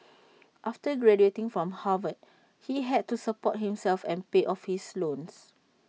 after graduating from Harvard he had to support himself and pay off his loans